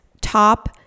top